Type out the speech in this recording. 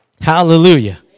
hallelujah